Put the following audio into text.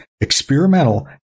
experimental